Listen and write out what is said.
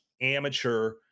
amateur—